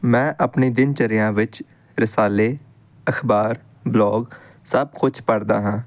ਮੈਂ ਆਪਣੇ ਦਿਨ ਚਰਿਆ ਵਿੱਚ ਰਸਾਲੇ ਅਖ਼ਬਾਰ ਬਲੋਗ ਸਭ ਕੁਛ ਪੜ੍ਹਦਾ ਹਾਂ